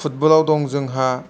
फुटबलाव दं जोंहा